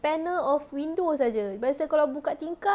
panel of windows saja biasa kalau buka tingkap